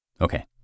Okay